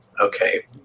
Okay